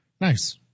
Nice